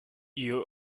you